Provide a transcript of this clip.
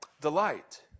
Delight